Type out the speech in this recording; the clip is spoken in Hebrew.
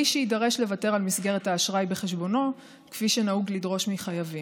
שיידרש לוותר על מסגרת האשראי בחשבונו כפי שנהוג לדרוש מחייבים,